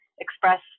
express